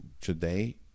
today